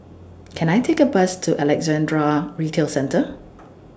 Can I Take A Bus to Alexandra Retail Centre